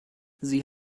sie